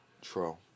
true